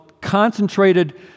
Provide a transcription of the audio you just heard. concentrated